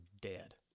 dead